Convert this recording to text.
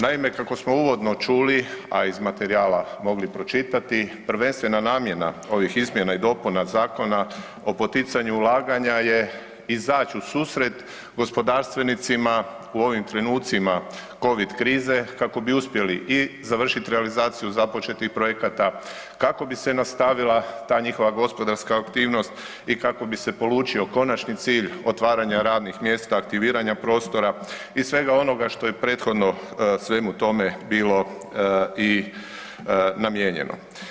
Naime, kako smo u uvodno čuli, a iz materijala mogli pročitati prvenstvena namjena ovih izmjena i dopuna zakona o poticanju ulaganja je izaći u susret gospodarstvenicima u ovim trenucima Covid krize kako bi uspjeli i završit realizaciju započetih projekata kako bi se nastavila ta njihova gospodarska aktivnost i kako bi se polučio konačni cilj otvaranja radnih mjesta, aktiviranja prostora i svega onoga što je prethodno svemu tome bilo i namijenjeno.